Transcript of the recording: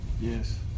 Yes